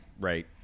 Right